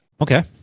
Okay